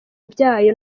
byayo